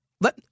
let